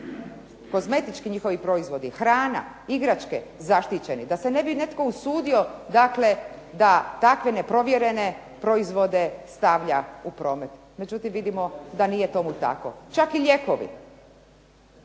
kozmetički njihovi proizvodi, hrana, igračke zaštićeni, da bi se ne bi netko usudio dakle da takve neprovjerene proizvode stavlja u promet. Međutim vidimo da nije tomu tako. Čak i lijekovi.